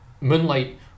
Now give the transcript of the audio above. Moonlight